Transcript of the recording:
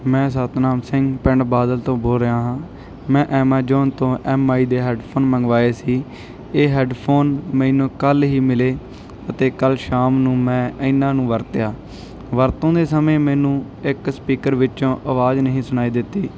ਮੈਂ ਸਤਨਾਮ ਸਿੰਘ ਪਿੰਡ ਬਾਦਲ ਤੋਂ ਬੋਲ ਰਿਹਾ ਹਾਂ ਮੈਂ ਐਮਾਜੋਨ ਤੋਂ ਐਮ ਆਈ ਦੇ ਹੈਡਫੋਨ ਮੰਗਵਾਏ ਸੀ ਇਹ ਹੈਡਫੋਨ ਮੈਨੂੰ ਕੱਲ੍ਹ ਹੀ ਮਿਲੇ ਅਤੇ ਕੱਲ੍ਹ ਸ਼ਾਮ ਨੂੰ ਮੈਂ ਇਹਨਾਂ ਨੂੰ ਵਰਤਿਆ ਵਰਤੋਂ ਦੇ ਸਮੇਂ ਮੈਨੂੰ ਇੱਕ ਸਪੀਕਰ ਵਿੱਚੋਂ ਆਵਾਜ਼ ਨਹੀਂ ਸੁਣਾਈ ਦਿੱਤੀ